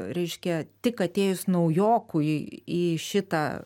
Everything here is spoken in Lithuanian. reiškia tik atėjus naujokui į šitą